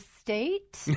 state